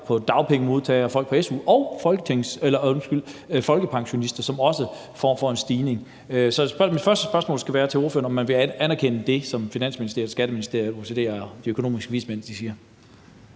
og dagpengemodtagere, folk på su og for folkepensionister, som også får en stigning. Så mit første spørgsmål til ordføreren skal være, om man vil anerkende det, som Finansministeriet og Skatteministeriet og De Økonomiske Vismænd siger.